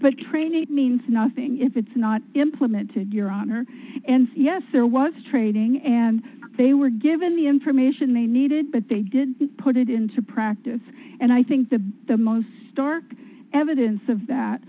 but training it means nothing if it's not implemented your honor and yes there was training and they were given the information they needed but they did put it into practice and i think the the most stark evidence of that